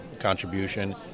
contribution